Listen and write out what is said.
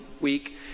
week